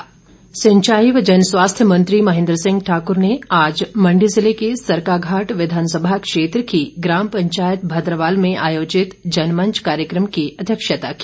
जनमंच सिंचाई व जनस्वास्थ्य मंत्री महेंद्र सिंह ठाकुर ने आज मंडी जिले के सरकाघाट विधानसभा क्षेत्र की ग्राम पंचायत भद्रवाल में आयोजित जनमंच कार्यक्रम की अध्यक्षता की